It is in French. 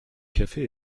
cafés